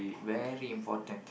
very important